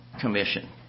Commission